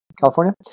California